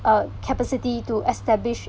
uh capacity to establish